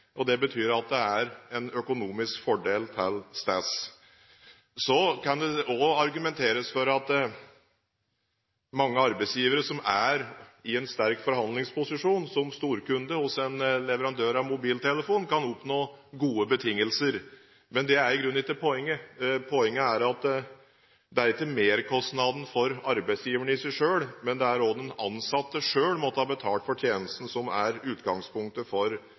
Det betyr at det er en økonomisk fordel til stede. Så kan det også argumenteres for at mange arbeidsgivere som er i en sterk forhandlingsposisjon som storkunde hos en leverandør av mobiltelefon, kan oppnå gode betingelser. Men det er i grunnen ikke poenget. Poenget er at det er ikke merkostnaden for arbeidsgiveren i seg selv, men at den ansatte selv måtte ha betalt for tjenesten, som er utgangspunktet for